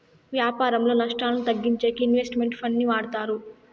వ్యాపారంలో నష్టాలను తగ్గించేకి ఇన్వెస్ట్ మెంట్ ఫండ్ ని వాడతారు